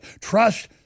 Trust